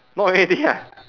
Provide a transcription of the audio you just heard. not really ah